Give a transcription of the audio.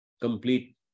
complete